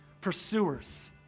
pursuers